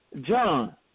John